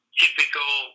typical